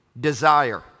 Desire